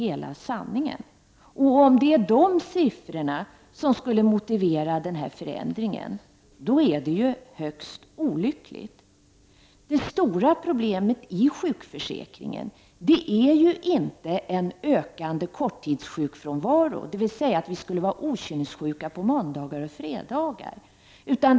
Det är därför högst olyckligt om det är dessa siffror som skulle motivera förändringen. Det stora problemet i sjukförsäkringen är inte en ökande korttidssjukfrånvaro, dvs. att vi skulle vara okynnessjuka på måndagar och fredagar.